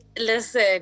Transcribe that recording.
Listen